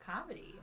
comedy